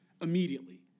immediately